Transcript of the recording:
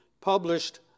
published